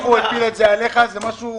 איך הוא הפיל את זה עליך, זה משהו --- לא,